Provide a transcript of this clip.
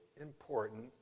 important